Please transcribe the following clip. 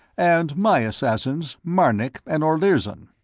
and my assassins, marnik and olirzon.